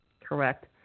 Correct